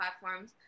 platforms